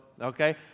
okay